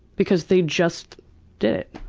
because they just did it.